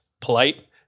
polite